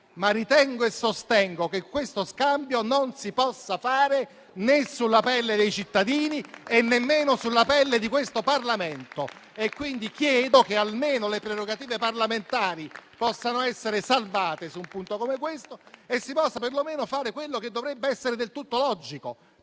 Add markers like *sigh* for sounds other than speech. ritengo e sostengo che questo scambio non lo si possa fare né sulla pelle dei cittadini e nemmeno sulla pelle di questo Parlamento. *applause* Quindi chiedo che almeno le prerogative parlamentari possano essere salvate su un punto come questo e che si possa fare per lo meno quello che dovrebbe essere del tutto logico: